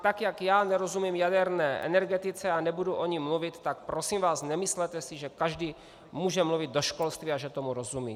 Tak jak já nerozumím jaderné energetice a nebudu o ní mluvit, tak prosím vás, nemyslete si, že každý může mluvit do školství a že tomu rozumí.